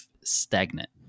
stagnant